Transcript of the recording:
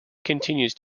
continues